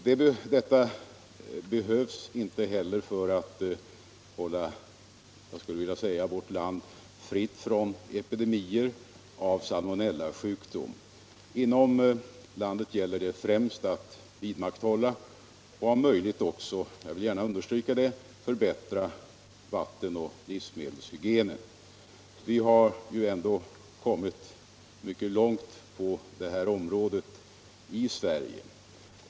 Detta behövs inte heller för att hålla vårt land fritt från epidemier av salmonellasjukdom. Inom landet gäller det främst att vidmakthålla och om möjligt också — jag vill gärna understryka det — förbättra vattenoch livsmedelshygienen. Vi har ju ändå kommit mycket långt på detta område i Sverige.